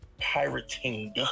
pirating